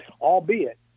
albeit